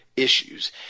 issues